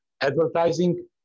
advertising